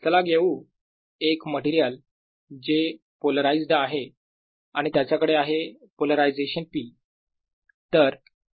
चला घेऊ एक मटेरियल जे पोलाराईझ्ड आहे आणि त्याच्याकडे आहे पोलरायझेशन p